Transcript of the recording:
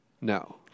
No